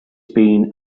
been